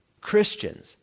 Christians